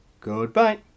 Goodbye